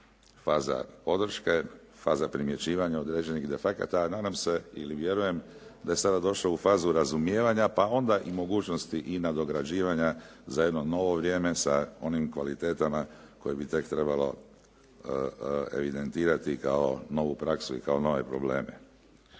faze podrške, faze primjećivanja određenih defekata a nadam se ili vjerujem da je sada došlo u fazu razumijevanja pa onda i mogućnosti nadograđivanja za jedno novo vrijeme sa onim kvalitetama koje bi tek trebalo evidentirati kao novu praksu i nove probleme.